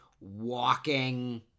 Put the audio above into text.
walking